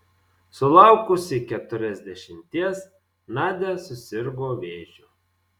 sulaukusi keturiasdešimties nadia susirgo vėžiu